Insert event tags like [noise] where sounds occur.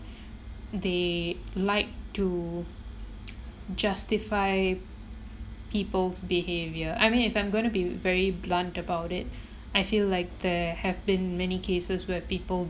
they like to [noise] justify people's behaviour I mean if I'm going to be very blunt about it I feel like there have been many cases where people